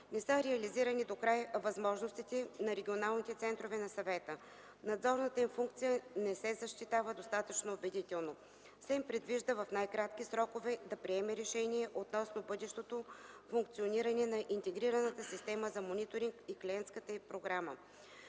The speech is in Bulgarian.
Не са реализирани докрай възможностите на регионалните центрове на Съвета. Надзорната им функция не се защитава достатъчно убедително. СЕМ предвижда в най-кратки срокове да приеме решение относно бъдещото функциониране на Интегрираната система за мониторинг и клиентската й програма.